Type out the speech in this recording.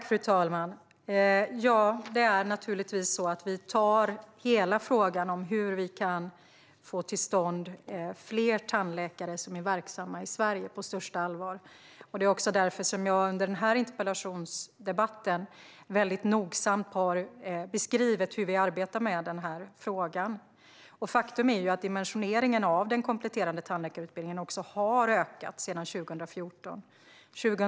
Fru talman! Vi tar naturligtvis hela frågan hur vi kan få fler tandläkare som är verksamma i Sverige på största allvar. Det är därför som jag i denna interpellationsdebatt nogsamt har beskrivit hur vi arbetar med frågan. Faktum är att dimensioneringen av den kompletterande tandläkarutbildningen har ökat sedan 2014.